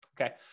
Okay